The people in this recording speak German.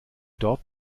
dort